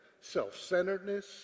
self-centeredness